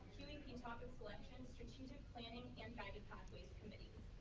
queuing in topic selections, strategic planning and guided pathways committees.